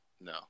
no